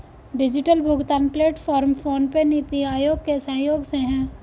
digital भुगतान platform PhonePe, NITI Aayog के सहयोग से है